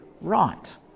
right